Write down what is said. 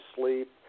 sleep